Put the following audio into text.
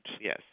Yes